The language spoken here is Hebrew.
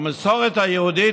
במסורת היהודית,